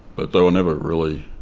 but they were never really